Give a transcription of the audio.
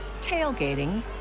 tailgating